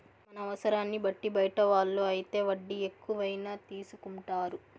మన అవసరాన్ని బట్టి బయట వాళ్ళు అయితే వడ్డీ ఎక్కువైనా తీసుకుంటారు